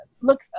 Look